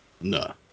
No